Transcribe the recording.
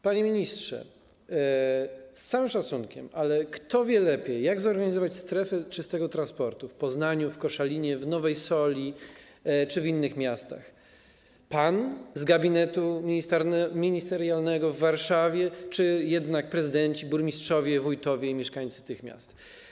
Panie ministrze, z całym szacunkiem, ale kto wie lepiej, jak zorganizować strefy czystego transportu w Poznaniu, w Koszalinie, w Nowej Soli czy w innych miastach: pan z gabinetu ministerialnego w Warszawie czy jednak prezydenci, burmistrzowie, wójtowie i mieszkańcy tych miast?